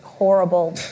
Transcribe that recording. horrible